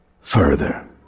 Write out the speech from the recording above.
further